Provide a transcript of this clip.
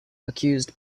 accused